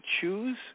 choose